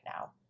now